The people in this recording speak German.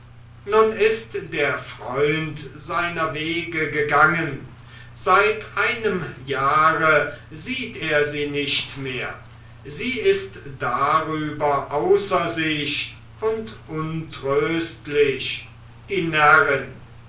nun ist der freund seiner wege gegangen seit einem jahre sieht er sie nicht mehr sie ist darüber außer sich und untröstlich die närrin